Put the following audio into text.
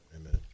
Amen